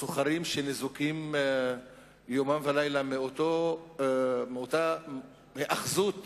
סוחרים שניזוקים יומם ולילה מאותה היאחזות